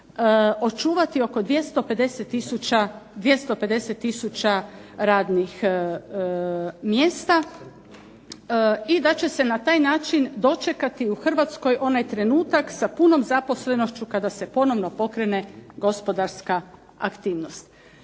očuvati oko 250 tisuća radnih mjesta, i da će se na taj način dočekati u Hrvatskoj onaj trenutak sa punom zaposlenošću kada se ponovno pokrene gospodarska aktivnost.